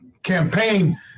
campaign